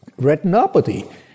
retinopathy